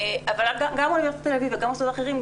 גם אוניברסיטת תל אביב וגם מוסדות אחרים,